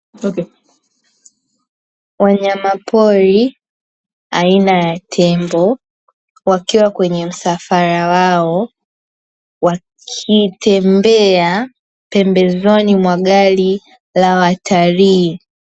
Wanyamapori aina ya tembo, wakiwa kwenye msafara wao, wakitembea pembezoni mwa gari la watalii.